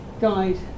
guide